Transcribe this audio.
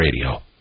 Radio